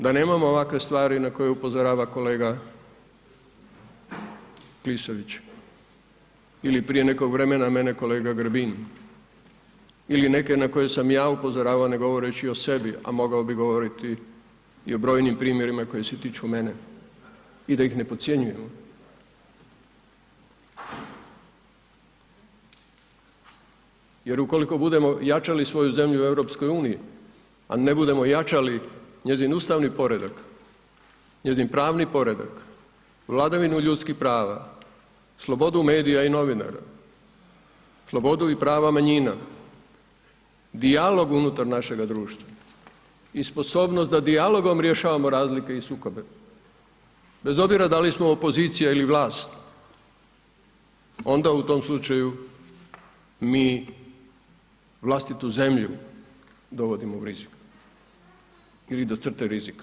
Da nemamo ovakve stvari na koje upozorava kolega Klisović ili prije nekog vremena mene kolega Grbin ili neke na koje sam ja upozoravao ne govoreći o sebi, a mogao bi govoriti i o brojnim primjerima koji se tiču mene i da ih ne podcjenjujem jer ukoliko budemo jačali svoju zemlju u EU, a ne budemo jačali njegov ustavni poredak, njezin pravni poredak, vladavinu ljudskih prava, slobodu medija i novinara, slobodu i prava manjina, dijalog unutar našega društva i sposobnost da dijalogom rješavamo razlike i sukobe, bez obzira da li smo opozicija ili vlast onda u tom slučaju mi vlastitu zemlju dovodimo u rizik ili do crte rizika.